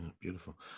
beautiful